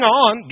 on